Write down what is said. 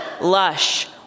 lush